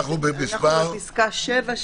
אנחנו ב-15(א)(7),